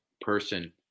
person